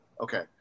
okay